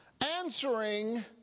answering